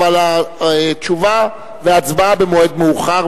אבל התשובה וההצבעה במועד מאוחר,